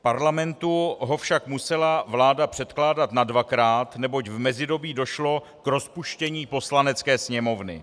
Parlamentu ho však musela vláda předkládat nadvakrát, neboť v mezidobí došlo k rozpuštění Poslanecké sněmovny.